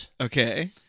Okay